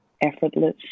effortless